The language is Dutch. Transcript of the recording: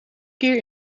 keer